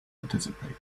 participate